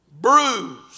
bruised